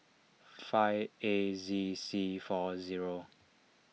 five A Z C four zero